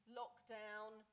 lockdown